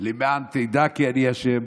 למען תדע כי אני ה'.